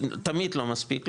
תמיד לא מספיק,